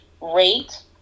rate